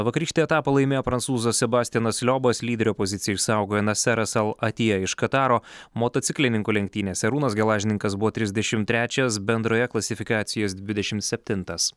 vakarykštį etapą laimėjo prancūzas sebastianas liobas lyderio poziciją išsaugojo naseras al atija iš kataro motociklininkų lenktynėse arūnas gelažninkas buvo trisdešim trečias bendroje klasifikacijos jis dvidešim septintas